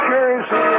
Jersey